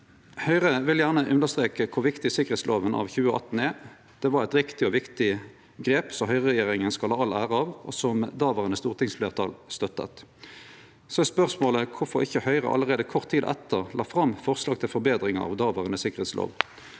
Høgre vil gjerne understreke kor viktig sikkerheitsloven av 2018 er. Det var eit riktig og viktig grep, som høgreregjeringa skal ha all ære av, og som det dåverande stortingsfleirtalet støtta. Så er spørsmålet kvifor ikkje Høgre allereie kort tid etter la fram forslag til forbetringar av dåverande sikkerheitslov.